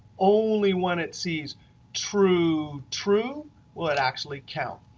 only when it sees true true will it actually count.